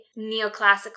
neoclassical